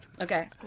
Okay